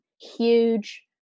huge